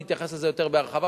אני אתייחס לזה יותר בהרחבה,